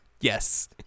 Yes